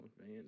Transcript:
man